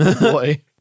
Boy